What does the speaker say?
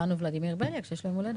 שלנו ולדימיר בליאק, שיש לו יום הולדת.